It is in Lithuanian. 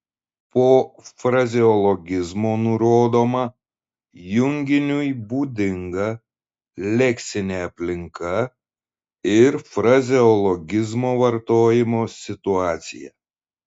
po frazeologizmo nurodoma junginiui būdinga leksinė aplinka ir frazeologizmo vartojimo situacija